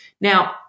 Now